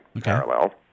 parallel